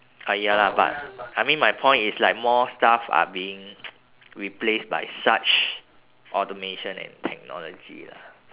ah ya lah but I mean my point are like more stuff are being replaced by such automation and technology lah